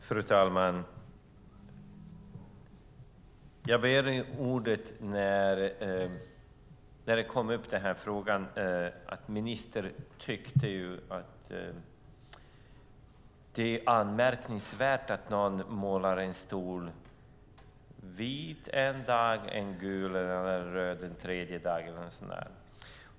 Fru talman! Jag begärde ordet när det kom upp att ministern tycker att det är anmärkningsvärt att någon målar en stol vit en dag, gul en annan dag och röd en tredje dag.